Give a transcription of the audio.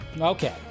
Okay